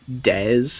Des